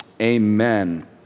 amen